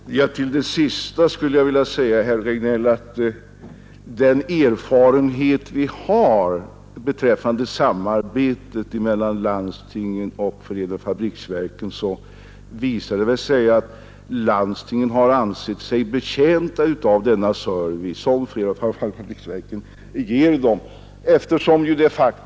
Fru talman! Till det sista, herr Regnéll, skulle jag vilja säga att den erfarenhet vi har av samarbetet mellan landstingen och förenade fabriksverken visar att landstingen har ansett sig betjänta av den service som framför allt fabriksverken ger dem.